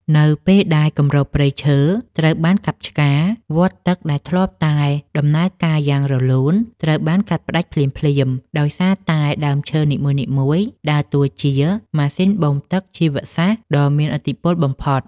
នៅពេលដែលគម្របព្រៃឈើត្រូវបានកាប់ឆ្ការ វដ្តទឹកដែលធ្លាប់តែដំណើរការយ៉ាងរលូនត្រូវបានកាត់ផ្ដាច់ភ្លាមៗ ដោយសារតែដើមឈើនីមួយៗដើរតួជា ម៉ាស៊ីនបូមទឹកជីវសាស្ត្រ ដ៏មានឥទ្ធិពលបំផុត។